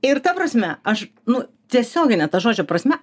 ir ta prasme aš nu tiesiogine ta žodžio prasme